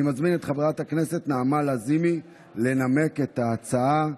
אני מזמין את חברת הכנסת נעמה לזימי לנמק את ההצעה.